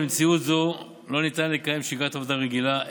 במציאות זו לא ניתן לקיים שגרת עבודה רגילה,